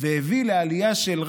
והביא לעלייה של רבין,